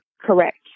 Correct